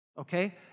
okay